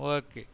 okay